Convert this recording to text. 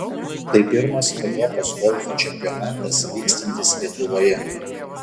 tai pirmas europos golfo čempionatas vykstantis lietuvoje